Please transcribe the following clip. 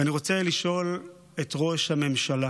ואני רוצה לשאול את ראש הממשלה: